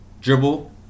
dribble